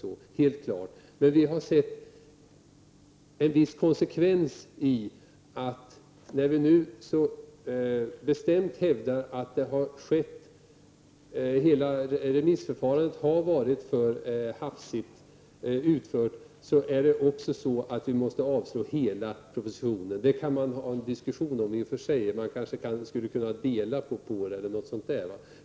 Men då vi anser att hela remissförfarandet har utförts på ett hafsigt sätt, måste vi yrka avslag på hela propositionen. Om den saken kan det kanske föras en diskussion, och man kan tänka sig att gå med på en del i propositionen.